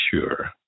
sure